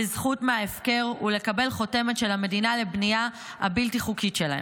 לזכות מההפקר ולקבל חותמת של המדינה לבנייה הבלתי-חוקית שלהם.